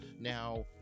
now